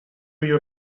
your